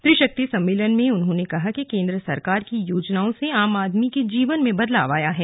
त्रिशक्ति सम्मेलन में उन्होंने कहा कि केंद्र सरकार की योजनाओं से आम आदमी के जीवन में बदलाव आया है